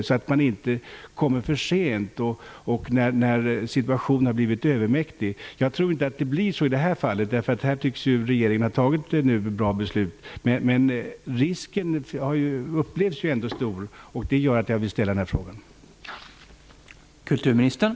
Man skall inte komma för sent, när situationen har blivit en övermäktig. Jag tror dock att det inte blir så i detta fall, för här tycks regeringen ha fattat bra beslut. Men risken upplevs ändå såsom stor, och det har gjort att jag har velat ställa denna fråga.